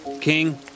King